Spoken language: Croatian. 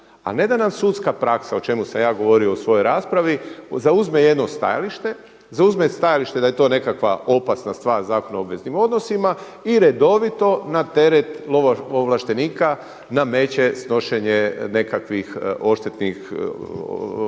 A ne da nam sudska praksa o čemu sam ja govorio u svojoj raspravi, zauzme jedno stajalište, zauzme stajalište da je to nekakva opasna stvar Zakon o obveznim odnosima i redovito na teret lovo-ovlaštenika nameće snošnje nekakvih odštetnih troškova